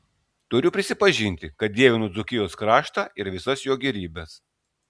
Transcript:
turiu prisipažinti kad dievinu dzūkijos kraštą ir visas jo gėrybes